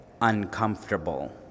uncomfortable